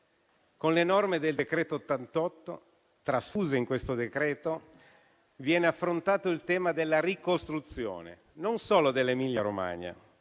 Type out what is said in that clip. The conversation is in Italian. Con le norme del decreto-legge n. 88, trasfuse in questo decreto, viene affrontato il tema della ricostruzione, non solo dell'Emilia-Romagna,